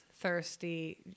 thirsty